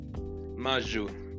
Maju